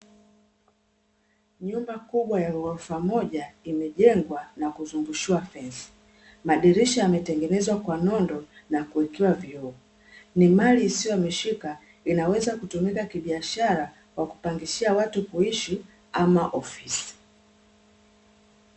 Nyumba kubwa ya ghorofa moja imejengwa na kuzungushiwa fensi, madirisha yametengenezwa kwa nondo na kuwekea vioo. Ni mali isiohamishika inaweza kutumika kibiashara kwa kupangishia watu kuishi ama ofisi.